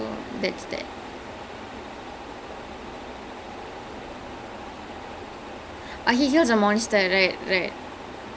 because I remember I have some clip I watch like he killed some monster then afterwards he makes his way into a tavern